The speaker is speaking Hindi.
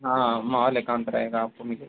हाँ माहौल एकांत रहेगा आपको मिलेगा